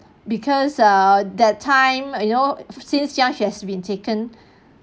because err that time you know since young she has been taken